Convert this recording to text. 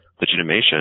legitimation